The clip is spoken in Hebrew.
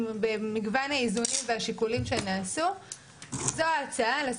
במגוון האיזונים והשיקולים שנעשו זו ההצעה,